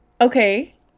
okay